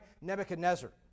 Nebuchadnezzar